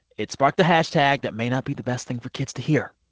it sparked a hashtag that may not be the best thing for kids to hear.